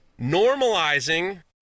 Normalizing